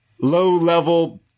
Low-level